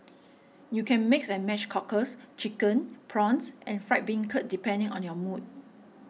you can mix and match cockles chicken prawns and fried bean curd depending on your mood